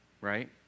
right